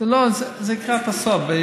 זה לקראת הסוף.